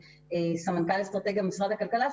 סמנכ"לית אסטרטגיה במשרד הכלכלה,